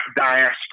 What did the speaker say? diaspora